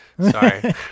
Sorry